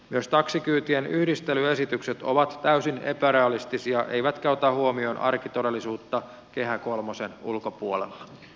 myös taksikyytien yhdistelyesitykset ovat täysin epärealistisia eivätkä ota huomioon arkitodellisuutta kehä kolmosen ulkopuolella